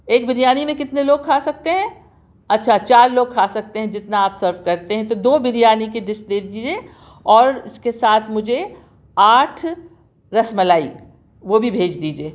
ایک بریانی میں کتنے لوگ کھا سکتے ہیں اچھا چار لوگ کھا سکتے ہیں جتنا آپ سرو کرتے ہیں تو دو بریانی کی ڈش دے دیجئے اور اس کے ساتھ مجھے آٹھ رس ملائی وہ بھی بھیج دیجئے